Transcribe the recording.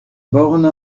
borne